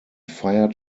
fired